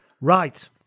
Right